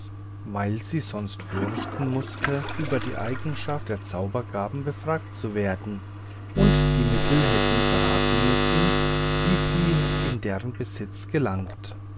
weil sie sonst fürchten mußte über die eigenschaft der zaubergaben befragt zu werden und die mittel hätte verraten müssen wie sie in deren besitz gelangt